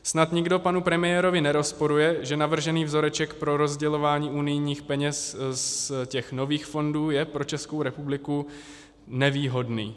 Snad nikdo panu premiérovi nerozporuje, že navržený vzoreček pro rozdělování unijních peněz z nových fondů je pro Českou republiku nevýhodný.